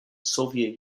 soviet